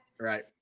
Right